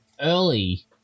early